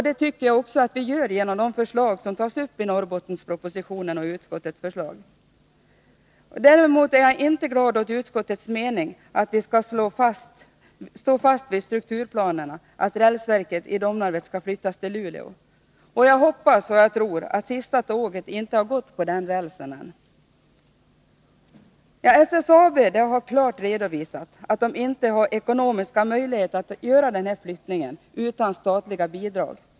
Det tycker jag också att vi gör genom de förslag som tas upp i Norrbottenspropositionen och i utskottets förslag. Däremot är jag inte glad åt utskottets mening att vi skall stå fast vid strukturplanen beträffande att rälsverket i Domnarvet skall flyttas till Luleå. Och jag hoppas och tror att sista tåget inte har gått på den rälsen än. SSAB har klart redovisat att man inte har ekonomiska möjligheter att göra denna flyttning utan statliga bidrag.